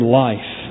life